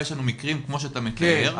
ויש לנו מקרים כמו שאתה מתאר,